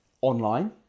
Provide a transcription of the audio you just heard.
online